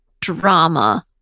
drama